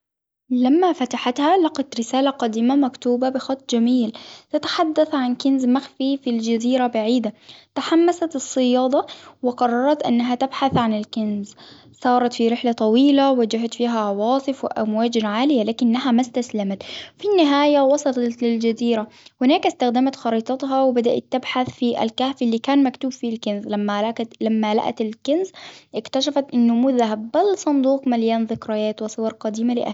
لما فتحتها لقت رسالة قديمة مكتوبة بخط جميل تتحدث عن كنز مخفي في الجزيرة بعيدة. تحمست الصيادة وقررت إنها تبحث عن الكنز. صارت في رحلة طويلة واجهت فيها عواصف وأمواج عالية لكنها ما إستسلمت. في النهاية وصلت للجزيرة إستخدمت خريطتها وبدأت تبحث في الكهف اللي كان مكتوب فيه الكنز لما لق- لما لقت الكنز اكتشفت إنه مو ذهب بل صندوق مليان ذكريات وصور قديمة لا